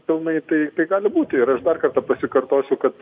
pilnai tai tai gali būti ir aš dar kartą pasikartosiu kad